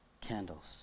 candles